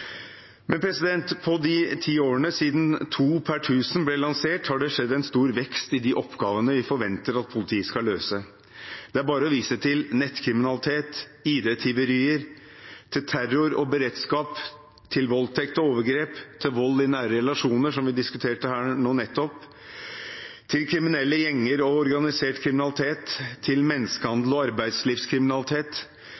På de ti årene siden to per 1 000 ble lansert, har det skjedd en stor vekst i de oppgavene vi forventer at politiet skal løse. Det er bare å vise til nettkriminalitet og ID-tyverier, til terror og beredskap, til voldtekt og overgrep, til vold i nære relasjoner, som vi diskuterte her nå nettopp, til kriminelle gjenger og organisert kriminalitet, til